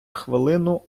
хвилину